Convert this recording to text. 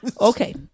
Okay